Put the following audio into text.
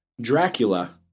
Dracula